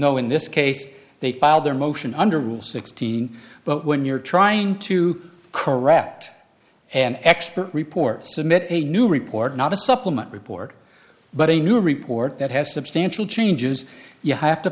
though in this case they filed their motion under rule sixteen but when you're trying to correct an expert report submit a new report not a supplement report but a new report that has substantial changes you have to